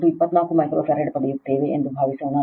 C 24 microfarad ಪಡೆಯುತ್ತೇವೆ ಎಂದು ಭಾವಿಸೋಣ